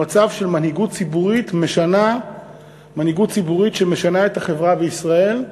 למצב של מנהיגות ציבורית שמשנה את החברה בישראל,